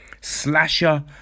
Slasher